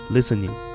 Listening